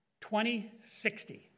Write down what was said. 2060